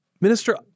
Minister